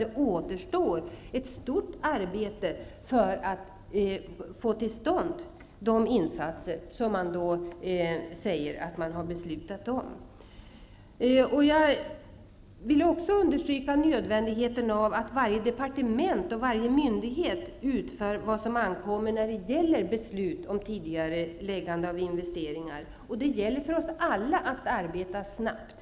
Det återstår alltså ett stort arbete för att få till stånd de insatser som man säger sig ha beslutat om. Jag vill också understryka nödvändigheten av att varje departement och varje myndighet utför vad som ankommer dem när det gäller beslut om tidigareläggande av investeringar, och det gäller för oss alla att arbeta snabbt.